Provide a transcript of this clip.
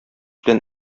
белән